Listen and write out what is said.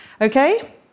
Okay